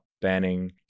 banning